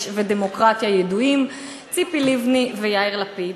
ודמוקרטיה ידועים: ציפי לבני ויאיר לפיד.